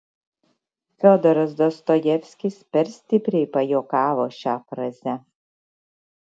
fiodoras dostojevskis per stipriai pajuokavo šia fraze